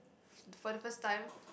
for the first time